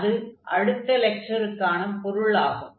அது அடுத்த லெக்சருக்கான பொருள் ஆகும்